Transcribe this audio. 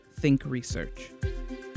thinkresearch